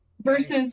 versus